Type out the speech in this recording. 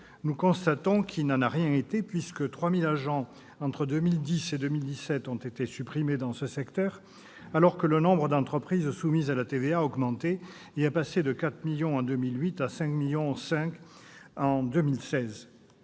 Nous constatons qu'il n'en a rien été puisque 3 000 agents entre 2010 et 2017 ont été supprimés dans ce secteur alors que le nombre d'entreprises soumises à la TVA augmentait ; il est passé de 4 millions en 2008 à 5,5 millions en 2016.